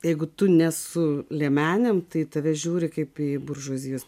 jeigu tu ne su liemenėm tai į tave žiūri kaip į buržuazijos